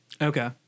Okay